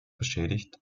beschädigt